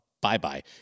Bye-bye